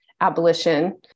abolition